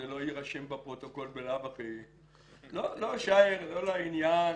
לא לעניין,